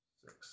six